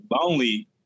lonely